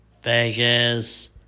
Vegas